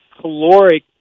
caloric